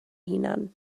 hunan